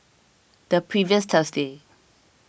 the previous Thursday